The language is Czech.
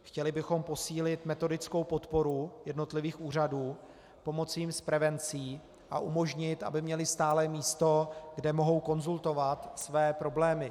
Chtěli bychom posílit metodickou podporu jednotlivých úřadů, pomoci jim s prevencí a umožnit, aby měly stálé místo, kde mohou konzultovat své problémy.